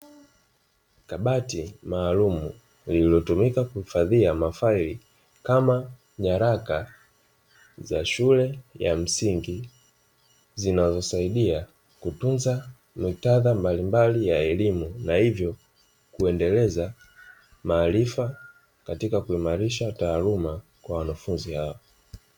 Kabati maalumu lililotumika kuhifadhia mafaili kama nyaraka za shule ya msingi, zinazosaidia kutunza muktadha mbalimbali ya elimu, na hivyo kuendeleza maarifa katika kuimarisha taaluma ya wanafunzi hao.